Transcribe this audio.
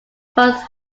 both